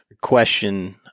question